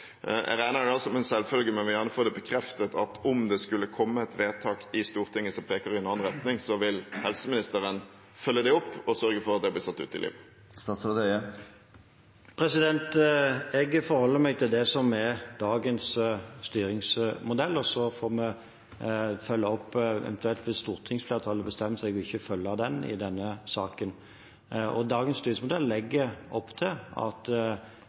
jeg regner det som en selvfølge, men vil gjerne få det bekreftet at om det skulle komme et vedtak i Stortinget som peker i en annen retning, vil helseministeren følge det opp og sørge for at det blir satt ut i livet. Jeg forholder meg til det som er dagens styringsmodell, og så får vi eventuelt følge opp hvis stortingsflertallet bestemmer seg for ikke å følge den i denne saken. Dagens styringsmodell legger opp til at